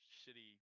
shitty